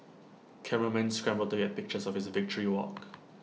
cameramen scramble to get pictures of his victory walk